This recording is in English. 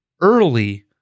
early